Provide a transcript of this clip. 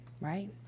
Right